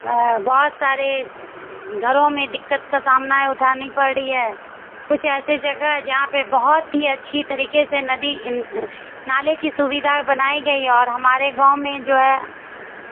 بہت سارے گھروں میں دقت کا سامنا اٹھانی پڑ رہی ہے کچھ ایسے جگہ ہے جہاں پہ بہت ہی اچھی طریقے سے ندی نالے کی سویدھا بنائی گئی اور ہمارے گاؤں میں جو ہے